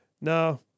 no